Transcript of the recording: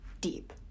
deep